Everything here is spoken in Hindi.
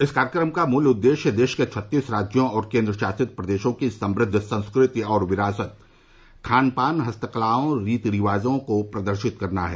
इस कार्यक्रम का मूल उद्देश्य देश के छत्तीस राज्यों और केन्द्रशासित प्रदेशों की समृद्व संस्कृति और विरासत खान पान हस्तकलाओं रीति रिवाजों को प्रदर्शित करना है